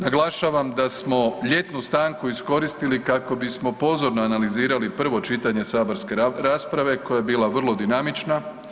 Naglašavam da smo ljetnu stanku iskoristili kako bismo pozorno analizirali prvo čitanje saborske rasprave koja je bila vrlo dinamična.